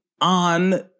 on